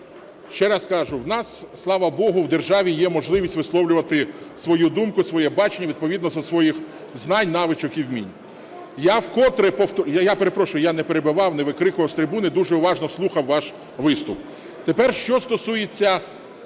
ще раз кажу, в нас, слава Богу, в державі є можливість висловлювати свою думку, своє бачення відповідно до своїх знань, навичок і вмінь. Я вкотре повторюю… Я перепрошую, я не перебивав, не викрикував з трибуни, дуже уважно слухав ваш виступ. Тепер що стосується